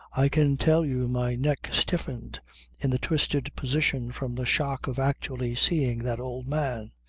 i can tell you my neck stiffened in the twisted position from the shock of actually seeing that old man!